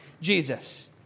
Jesus